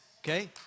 Okay